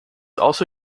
also